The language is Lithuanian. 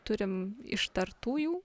turim ištartų jų